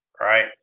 Right